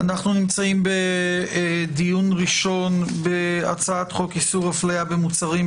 אנחנו נמצאים בדיון ראשון בהצעת חוק איסור הפליה במוצרים,